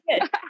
good